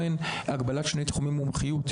שביקשנו היא לשני תחומי מומחיות,